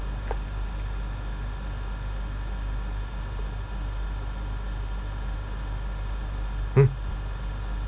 hmm